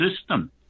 system